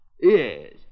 Yes